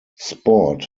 sport